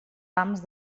pams